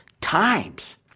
times